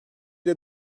ile